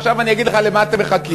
עכשיו אני אגיד לך למה אתם מחכים.